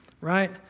right